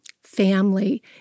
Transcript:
family